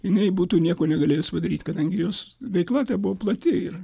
jinai būtų nieko negalėjus padaryti kadangi jos veikla tai buvo plati ir